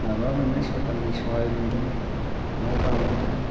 माबा मोनदों सोरखारनि सहाय मोनदों न' बां मोनदों